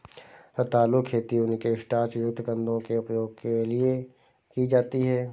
रतालू खेती उनके स्टार्च युक्त कंदों के उपभोग के लिए की जाती है